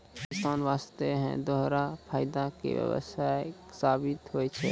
किसान वास्तॅ है दोहरा फायदा के व्यवसाय साबित होय छै